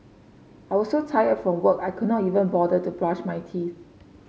I was so tired from work I could not even bother to brush my teeth